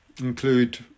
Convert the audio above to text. include